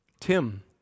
Tim